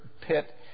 pit